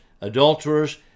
adulterers